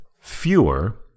fewer